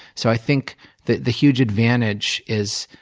so i think that the huge advantage is,